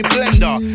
Blender